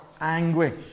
anguish